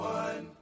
one